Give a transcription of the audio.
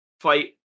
fight